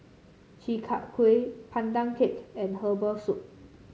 Chi Kak Kuih Pandan Cake and Herbal Soup